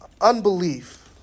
unbelief